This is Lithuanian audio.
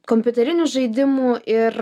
kompiuterinių žaidimų ir